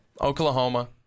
Oklahoma